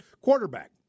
Quarterback